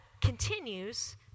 continues